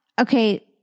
okay